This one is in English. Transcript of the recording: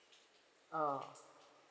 oh